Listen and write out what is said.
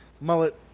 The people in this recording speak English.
Mullet